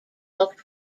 looked